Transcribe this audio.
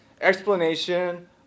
explanation